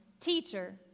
Teacher